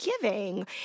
giving